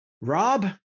Rob